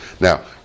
Now